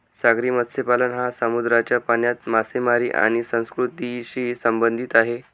सागरी मत्स्यपालन हा समुद्राच्या पाण्यात मासेमारी आणि संस्कृतीशी संबंधित आहे